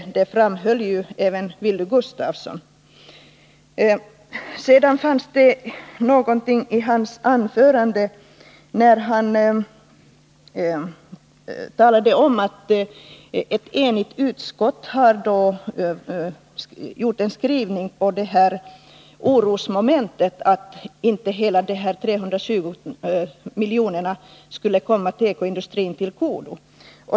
Det framhöll även Wilhelm Gustafsson. Vidare sade Wilhelm Gustafsson i sitt anförande att ett enigt utskott har gjort en skrivning med avseende på oron för att inte hela beloppet 320 milj.kr. skulle komma tekoindustrin till godo.